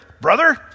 Brother